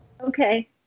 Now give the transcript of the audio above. Okay